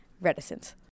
reticence